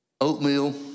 oatmeal